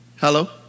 hello